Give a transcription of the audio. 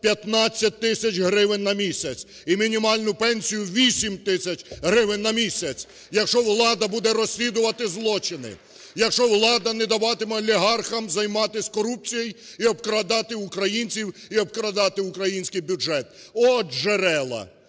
15 тисяч гривень на місяць і мінімальну пенсію 8 тисяч гривень на місяць. Якщо влада буде розслідувати злочини, якщо влада не даватиме олігархам займатись корупцією і обкрадати українців і обкрадати український бюджет, от джерела